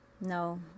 No